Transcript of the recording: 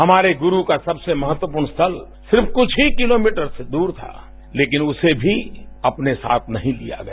हमारे गुरू का सबसे महत्वपूर्ण स्थल सिर्फ कुछ ही किलोमीटर से दूर था लेकिन उसे भी अपने साथ नहीं लिया गया